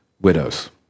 widows